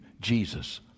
Jesus